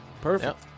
Perfect